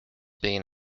being